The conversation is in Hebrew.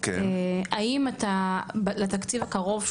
לתקציב הקרוב,